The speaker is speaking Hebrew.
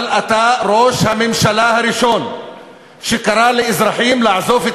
אבל אתה ראש הממשלה הראשון שקרא לאזרחים לעזוב את